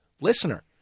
listener